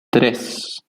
tres